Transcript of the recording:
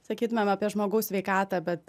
sakytumėm apie žmogaus sveikatą bet